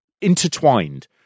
intertwined